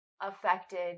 affected